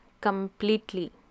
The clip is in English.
completely